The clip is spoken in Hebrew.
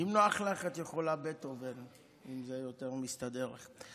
אם נוח לך, את יכולה בטהובן, אם זה יותר מסתדר לך.